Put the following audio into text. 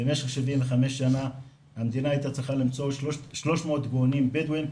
במשך 75 שנה המדינה הייתה צריכה למצוא 300 גאונים בדואים.